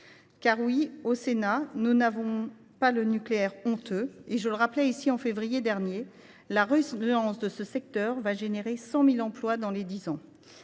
Car oui, au Sénat, nous n’avons pas le nucléaire honteux. Comme je le rappelais déjà en février dernier, la relance de ce secteur créera 100 000 emplois dans les dix ans